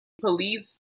police